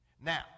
Now